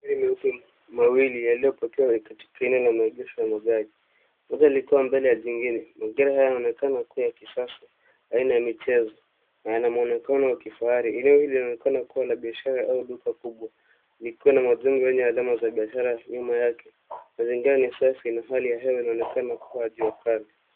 Magari meupe mawili yaliyopakiwa katika eneo la maegesho ya magari. Moja likiwa mbele ya jingine. Magari haya yanaonenaka yakiwa ya kisasa, aina ya michezo na yana mwonekano wa kifahari. Eneo hilo linaonekana kuwa la biashara au duka kubwa likiwa na majengo lenye alama za biashara nyuma yake. Mazingira ni safi na hali ya hewa inaonekana kuwa ya jua kali.